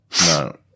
No